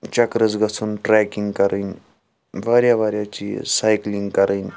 چَکرَس گَژُھن ٹریکِنٛگ کَرٕنۍ واریاہ واریاہ واریاہ چیٖز سایکٕلِنٛگ کَرٕنۍ